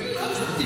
תגיד לי, לא הבנתי.